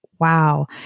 Wow